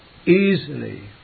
easily